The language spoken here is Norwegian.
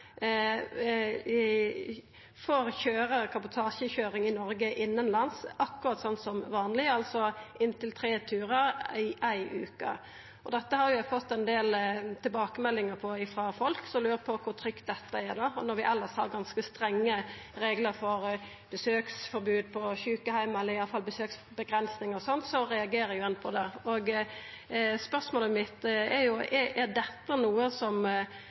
karantenekravet, får drive kabotasjekøyring i Noreg innanlands, akkurat som vanleg, altså inntil tre turar på ei veke. Dette har vi fått ein del tilbakemeldingar på frå folk, som lurer på kor trygt det er. Når vi elles har ganske strenge reglar, bl.a. besøksforbod på sjukeheimar, eller i alle fall besøksavgrensingar, reagerer ein jo på det. Spørsmålet mitt er: Er dette noko som